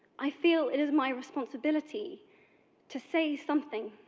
i feel it is my responsibility to say something.